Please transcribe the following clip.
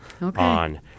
on